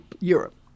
Europe